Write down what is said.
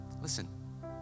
Listen